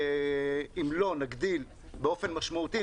אם לא נגדיל באופן משמעותי,